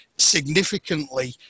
significantly